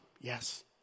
Yes